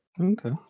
okay